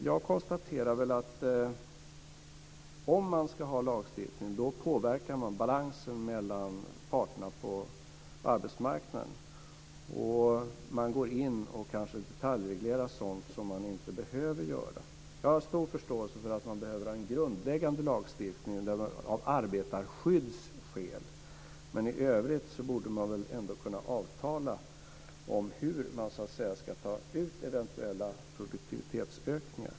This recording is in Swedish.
Jag konstaterar att om man ska ha lagstiftning, då påverkar man balansen mellan parterna på arbetsmarknaden, och man går in och kanske detaljreglerar sådant som man inte behöver göra. Jag har stor förståelse för att man behöver ha en grundläggande lagstiftning av arbetarskyddsskäl, men i övrigt borde man väl ändå kunna avtala om hur man så att säga ska ta ut eventuella produktivitetsökningar.